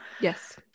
yes